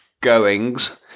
goings